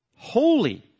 Holy